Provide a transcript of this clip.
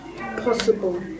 possible